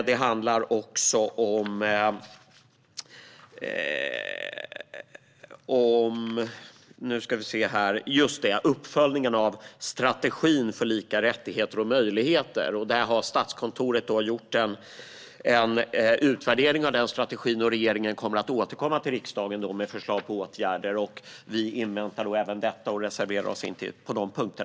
Det handlar också om uppföljningen av strategin för lika rättigheter och möjligheter. Där har Statskontoret gjort en utvärdering, och regeringen kommer att återkomma till riksdagen med förslag till åtgärder. Vi inväntar även detta och reserverar oss inte på dessa punkter.